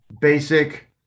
basic